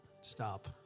Stop